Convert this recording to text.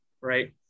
right